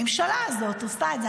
הממשלה הזאת עשתה את זה,